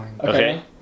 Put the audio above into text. Okay